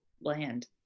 bland